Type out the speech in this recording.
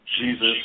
Jesus